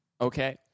Okay